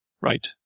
Right